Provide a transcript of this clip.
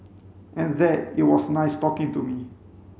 and that it was nice talking to me